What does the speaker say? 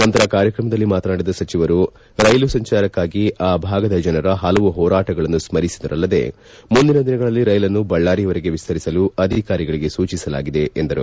ನಂತರ ಕಾರ್ಯಕ್ರಮದಲ್ಲಿ ಮಾತನಾಡಿದ ಸಚಿವರು ರೈಲು ಸಂಚಾರಕ್ಕಾಗಿ ಆ ಭಾಗದ ಜನರ ಹಲವು ಹೋರಾಟಗಳನ್ನು ಸ್ಮರಿಸಿದರಲ್ಲದೆ ಮುಂದಿನ ದಿನಗಳಲ್ಲಿ ರೈಲನ್ನು ಬಳ್ಳಾರಿವರೆಗೆ ವಿಸ್ತರಿಸಲು ಅಧಿಕಾರಿಗಳಿಗೆ ಸೂಚಿಸಲಾಗಿದೆ ಎಂದರು